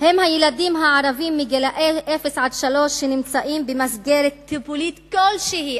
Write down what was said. הם הילדים הערבים עד גיל שלוש שנמצאים במסגרת טיפולית כלשהי,